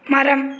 மரம்